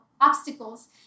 obstacles